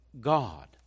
God